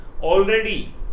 Already